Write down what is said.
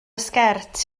sgert